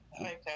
Okay